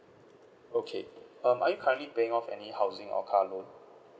okay um are you currently paying off any housing or car loan